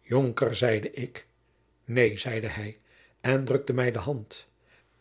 jonker zeide ik neen zeide hij en drukte mij de hand